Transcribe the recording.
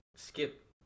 Skip